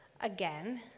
again